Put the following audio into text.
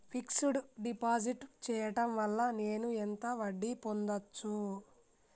Fix డ్ deposit చేయటం వల్ల నేను ఎంత వడ్డీ పొందచ్చు?